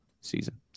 season